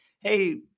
Hey